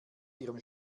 ihrem